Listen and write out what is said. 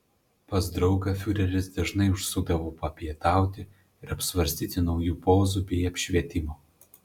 pas draugą fiureris dažnai užsukdavo papietauti ir apsvarstyti naujų pozų bei apšvietimo